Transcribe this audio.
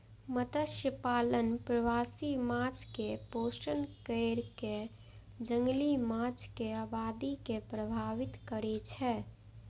मत्स्यपालन प्रवासी माछ कें पोषण कैर कें जंगली माछक आबादी के प्रभावित करै छै